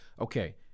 okay